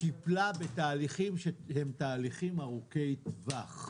טיפלה בתהליכים שהם תהליכים ארוכי טווח,